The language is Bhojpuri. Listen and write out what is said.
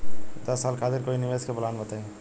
दस साल खातिर कोई निवेश के प्लान बताई?